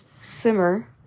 Simmer